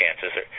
chances